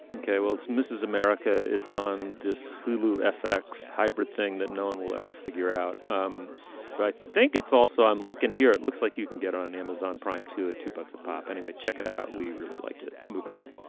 and ok. well, it's mrs. america. it's on this hulu effect's hybrid thing that no one will ever figure out. um but i think it's also i'm looking here, it looks like you can get on amazon prime to at two bucks a pop. anyway, check it out. we really liked it. moving on.